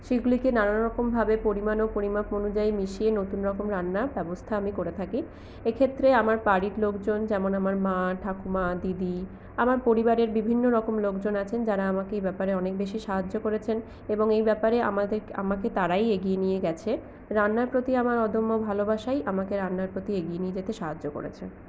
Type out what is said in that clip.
সেইগুলিকে নানা রকমভাবে পরিমাণ ও পরিমাপ অনুযায়ী মিশিয়ে নতুন রকম রান্নার ব্যবস্থা আমি করে থাকি এক্ষেত্রে আমার বাড়ির লোকজন যেমন আমার মা ঠাকুমা দিদি আমার পরিবারের বিভিন্ন রকম লোকজন আছেন যারা আমাকে এই ব্যাপারে অনেক বেশি সাহায্য করেছেন এবং এই ব্যাপারে আমাকে তারাই এগিয়ে নিয়ে গেছে রান্নার প্রতি আমার অদম্য ভালোবাসাই আমাকে রান্নার প্রতি এগিয়ে নিয়ে যেতে সাহায্য করেছে